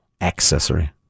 accessory